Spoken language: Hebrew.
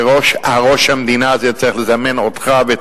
שראש המדינה הזה צריך לזמן אותך ואת